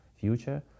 future